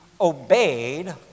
obeyed